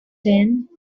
then